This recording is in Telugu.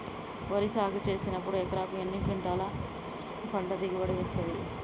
వరి సాగు చేసినప్పుడు ఎకరాకు ఎన్ని క్వింటాలు పంట దిగుబడి వస్తది?